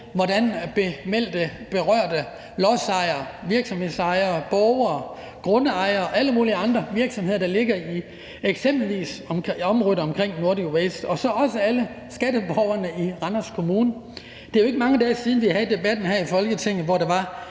for de berørte lodsejere, borgere, virksomhedsejere og grundejere og virksomheder, der eksempelvis ligger i området omkring Nordic Waste, og så alle skatteborgerne i Randers Kommune. Det er jo ikke mange dage siden, vi havde en debat her i Folketinget, hvor der var